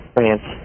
France